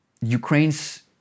Ukraine's